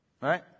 Right